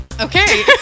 okay